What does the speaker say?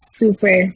super